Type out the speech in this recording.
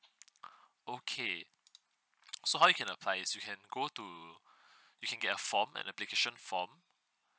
okay so how you can apply is you can go to you can get a form an application form